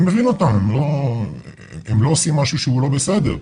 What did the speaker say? אני מבין אותם, הם לא עושים משהו שהוא לא בסדר.